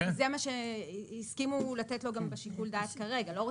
כי זה מה שהסכימו לתת לו גם בשיקול הדעת כרגע.